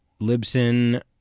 Libsyn